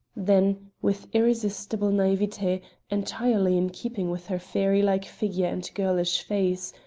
then, with irresistible naivete entirely in keeping with her fairy-like figure and girlish face,